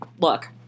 look